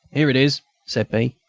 here it is, said b,